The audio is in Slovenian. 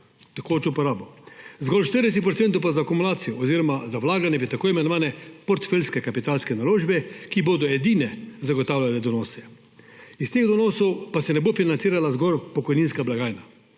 tekočo porabo, zgolj 40 % pa za akumulacijo oziroma za vlaganje v tako imenovane portfeljske kapitalske naložbe, ki bodo edine zagotavljale donose. Iz teh donosov pa se ne bo financirala zgolj pokojninska blagajna,